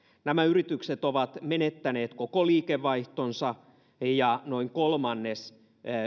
nämä yritykset ovat menettäneet koko liikevaihtonsa ja noin kolmannes